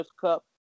Cup